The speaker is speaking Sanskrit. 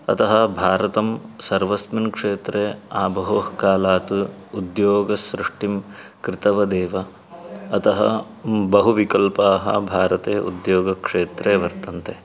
अतः भारतं सर्वस्मिन् क्षेत्रे आबहोः कालात् उद्योगसृष्टिं कृतवदेव अतः बहु विकल्पाः भारते उद्योगक्षेत्रे वर्तन्ते